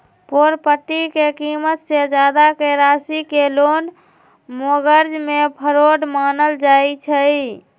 property के कीमत से जादा के राशि के लोन मोर्गज में फरौड मानल जाई छई